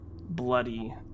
bloody